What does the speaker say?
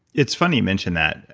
it's funny you mentioned that.